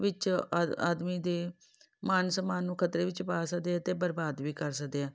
ਵਿਚ ਆਦ ਆਦਮੀ ਦੇ ਮਾਨ ਸਮਾਨ ਨੂੰ ਖਤਰੇ ਵਿੱਚ ਪਾ ਸਕਦੇ ਅਤੇ ਬਰਬਾਦ ਵੀ ਕਰ ਸਕਦੇ ਆ